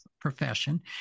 profession